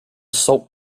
salt